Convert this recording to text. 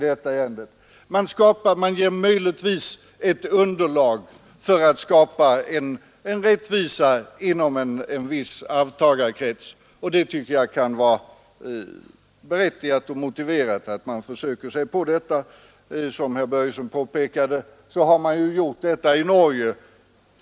Däremot kan vi skapa underlag för att åstadkomma rättvisa inom en viss krets arvtagare, ch jag tycker det kan vara motiverat att göra det. Som herr Börjesson framhöll har man infört en lagbestämmelse av detta slag i Norge.